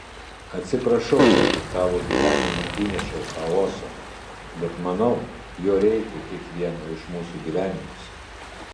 atsiprašau kad į tavo gyvenimą įnešiau chaoso bet manau jo reikia kiekvieno iš mūsų gyvenimuose